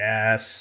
Yes